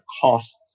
costs